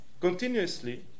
continuously